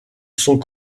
sont